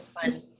fun